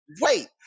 wait